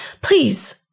please